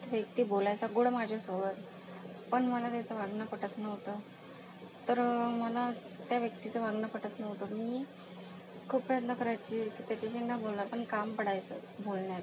तो व्यक्ती बोलायचा गोड माझ्यासोबत पण मला त्याचं वागणं पटत नव्हतं तर मला त्या व्यक्तीचं वागणं पटत नव्हतं मी खूप प्रयत्न करायचे की त्याच्याशी न बोलणार पण काम पडायचंच बोलण्याचं